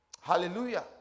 Hallelujah